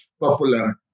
popular